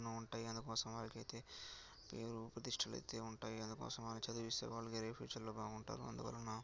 ఎన్నో ఉంటాయి అందుకోసం వాళ్ళకయితే పేరు ప్రతిష్టలైతే ఉంటాయి అందుకోసము వాళ్ళని చదివిస్తే వాళ్ళు వేరే ఫ్యూచర్లో బాగుంటారు అందువలన